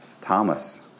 Thomas